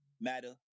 matter